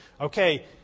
okay